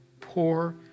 poor